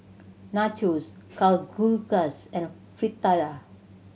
Nachos Kalguksu and Fritada